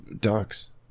Ducks